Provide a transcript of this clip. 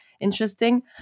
interesting